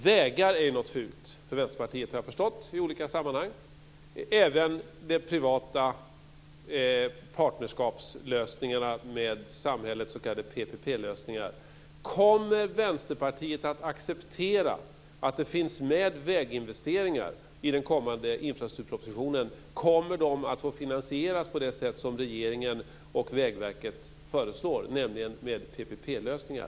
Vägar är något fult för Vänsterpartiet, har jag förstått i olika sammanhang, liksom även de privata partnerskapslösningarna med samhällets s.k. PPP-lösningar. Kommer Vänsterpartiet att acceptera att det finns med förslag till väginvesteringar i den kommande infrastrukturpropositionen? Kommer de att få finansieras på det sätt som regeringen och Vägverket föreslår, nämligen med PPP lösningar?